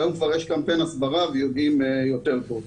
היום יש כבר קמפיין הסברה ויודעים יותר טוב.